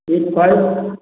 eight five